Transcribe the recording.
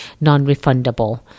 non-refundable